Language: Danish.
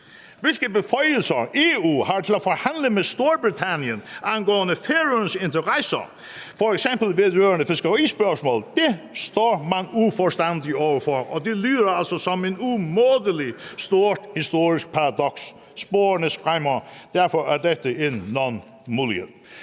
Hvilke beføjelser EU har til at forhandle med Storbritannien angående Færøernes interesser, f.eks. vedrørende fiskerispørgsmål, står man uforstående over for, og det lyder altså som et umådelig stort historisk paradoks. Sporene skræmmer – derfor er dette en nonmulighed.